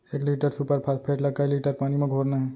एक litre superphosphate ला कए लीटर पानी मा घोरना हे?